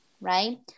right